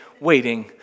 waiting